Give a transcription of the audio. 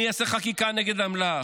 אני אעשה חקיקה נגד אמל"ח,